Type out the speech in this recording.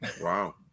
Wow